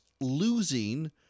losing